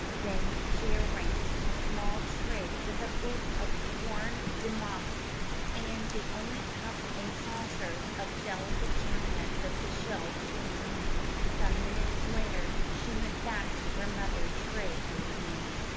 then she arranged a small tray with a bit of worn damask and the only cup and saucer of delicate china that the shelves contained. some minutes later she went back to her mother, tray in hand.